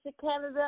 Canada